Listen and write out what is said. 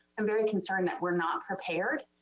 i'm very concerned that we're not prepared